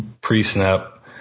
pre-snap